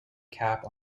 cap